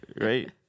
Right